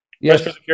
yes